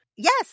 Yes